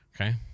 Okay